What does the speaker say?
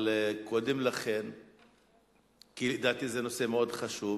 כי לדעתי זה נושא חשוב מאוד,